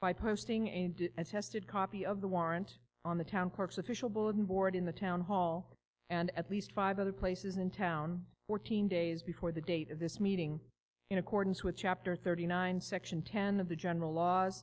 five posting a attested copy of the warrant on the town court's official bulletin board in the town hall and at least five other places in town fourteen days before the date of this meeting in accordance with chapter thirty nine section ten of the general laws